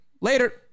Later